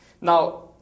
Now